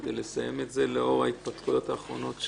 כדי לסיים את זה לאור ההתפתחויות האחרונות.